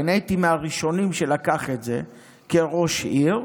ואני הייתי מהראשונים שלקח את זה כראש עיר,